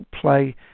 play